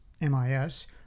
MIS